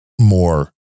more